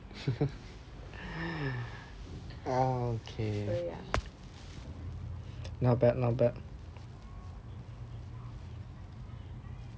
so ya